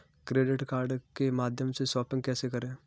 Credit card के माध्यम से शॉपिंग कैसे करें?